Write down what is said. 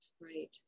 right